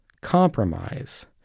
compromise